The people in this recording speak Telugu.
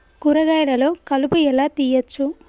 కూరగాయలలో కలుపు ఎలా తీయచ్చు?